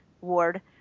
Ward